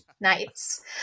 Nice